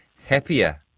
Happier